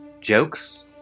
Jokes